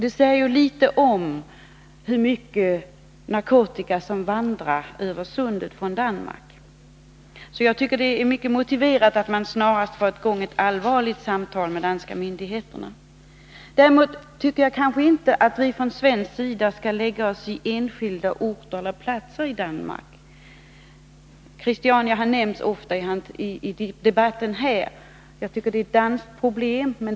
Det säger något om hur mycket narkotika som vandrar över Sundet från Danmark. Jag tycker att det är mycket motiverat att snarast få i gång ett allvarligt samtal med de danska myndigheterna. Däremot tycker jag kanske inte att vi från svensk sida skall lägga oss i vad som skall göras på enskilda orter och platser i Danmark. Christiania har nämnts ofta i debatten här. Jag tycker det är ett danskt problem.